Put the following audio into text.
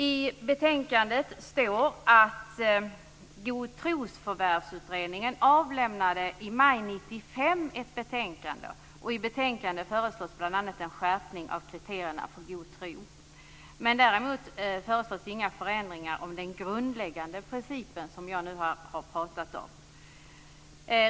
I betänkandet står att Godtrosförvärvsutredningen avlämnade ett betänkande i maj 1995. I betänkandet föreslogs bl.a. en skärpning av kriterierna för god tro. Men däremot föreslogs inga förändringar av den grundläggande princip som jag nu har talat om.